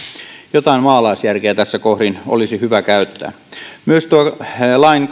jotain maalaisjärkeä tässä kohdin olisi hyvä käyttää myös tuon lain